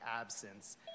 absence